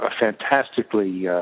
fantastically